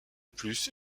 plus